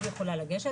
אז היא יכולה לגשת